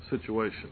situation